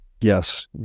Yes